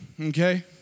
Okay